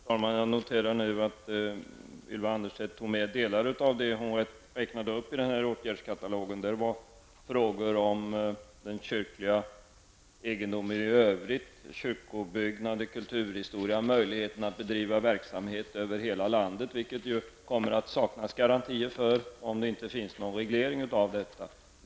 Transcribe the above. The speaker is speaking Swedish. Herr talman! Jag noterar att Ylva Annerstedt nu tog med delar av det hon räknade upp i åtgärdskatalogen. Där var frågor om den kyrkliga egendomen i övrigt, kyrkobyggnader, kulturhistoria samt möjligheterna att driva verksamhet över hela landet, vilket det kommer att saknas garantier för om det inte sker någon reglering av dessa frågor.